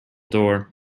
door